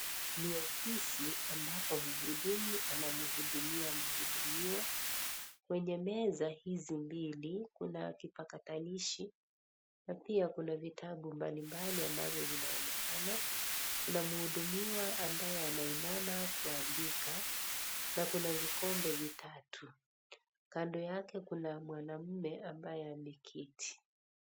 Ni ofisi ambapo mhudumu anamhudumia mhudumiwa. Kwenye meza hizi mbili kuna kipakatanishi na pia kuna vitabu mbalimbali ambavyo vinaonekana. Kuna mhudumiwa ambaye anainama kuandika na kuna vikombe vitatu. Kando yake, kuna mwanamme ambaye ameketi.